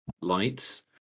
lights